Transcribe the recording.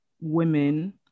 women